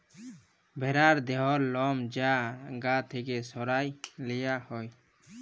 ভ্যারার দেহর লম যা গা থ্যাকে সরাঁয় লিয়া হ্যয়